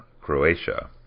Croatia